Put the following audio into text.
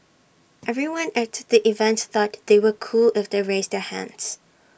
everyone at the event thought they were cool if they raised their hands